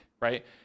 right